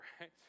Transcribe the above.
right